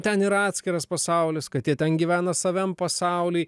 ten yra atskiras pasaulis kad jie ten gyvena savam pasauly